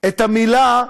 את המילה "שמאלני"